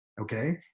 okay